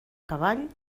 cavall